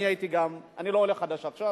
גם אני הייתי אני לא עולה חדש עכשיו,